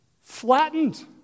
flattened